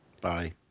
Bye